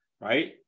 right